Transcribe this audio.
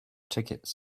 tickets